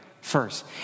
first